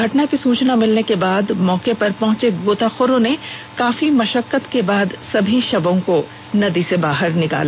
घटना की सूचना के बाद मौके पर पहुंचे गोताखोरे ने काफी मशक्कत के बाद सभी शवों को नदी से बाहर निकाला